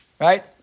right